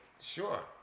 sure